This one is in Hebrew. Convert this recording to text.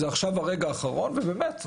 עכשיו הרגע האחרון?" ובאמת,